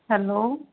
hello